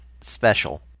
special